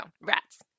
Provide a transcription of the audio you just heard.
rats